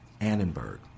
Annenberg